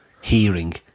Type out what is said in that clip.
hearing